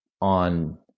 on